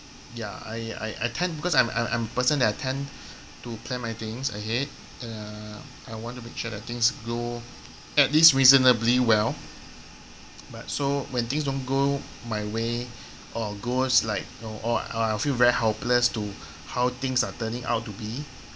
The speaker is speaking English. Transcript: ya I I I tend because I'm I'm I'm a person that I tend to plan my things ahead uh I want to make sure that things go at least reasonably well but so when things don't go my way or goes like know or I'll I'll feel very helpless to how things are turning out to be